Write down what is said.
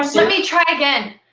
um so me try again.